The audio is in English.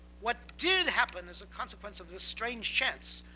what did happen, as a consequence of this strange chance,